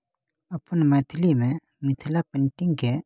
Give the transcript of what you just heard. अपन मैथिलीमे मिथिला पेन्टिंगके